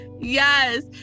Yes